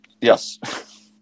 Yes